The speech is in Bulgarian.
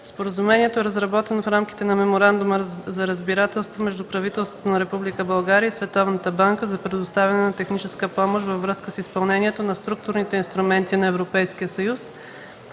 Споразумението е разработено в рамките на Меморандума за разбирателство между Правителството на Република България и Световната банка за предоставяне на техническа помощ във връзка с изпълнението на Структурните инструменти на Европейския съюз,